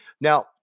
Now